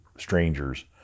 strangers